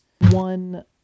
one